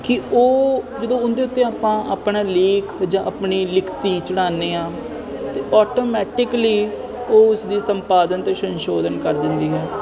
ਕਿ ਉਹ ਜਦੋਂ ਉਹਦੇ ਉੱਤੇ ਆਪਾਂ ਆਪਣਾ ਲੇਖ ਜਾਂ ਆਪਣੀ ਲਿਖਤੀ ਚੜਾਉਂਦੇ ਹਾਂ ਤਾਂ ਆਟੋਮੈਟਿਕਲੀ ਉਹ ਉਸਦੀ ਸੰਪਾਦਨ ਅਤੇ ਸੰਸ਼ੋਧਨ ਕਰ ਦਿੰਦੀ ਹੈ